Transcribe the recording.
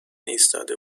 ایستاده